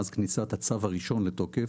מאז כניסת הצו הראשון לתוקף,